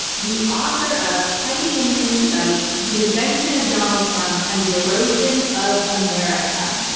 the author of hiding in plain sight the invention of donald trump and the erosion of america.